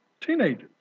teenagers